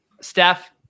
Steph